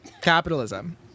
capitalism